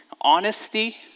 honesty